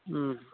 ꯎꯝ